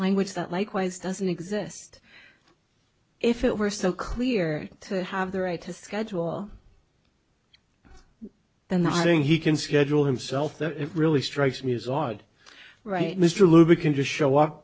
language that likewise doesn't exist if it were so clear to have the right to schedule then the thing he can schedule himself that it really strikes me as odd right mr libby can just show up